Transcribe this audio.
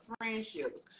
friendships